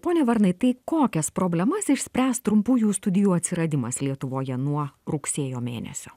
pone varnai tai kokias problemas išspręs trumpųjų studijų atsiradimas lietuvoje nuo rugsėjo mėnesio